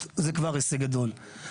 זה כבר הישג גדול.